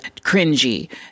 cringy